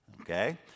okay